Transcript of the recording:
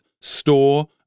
store